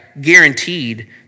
guaranteed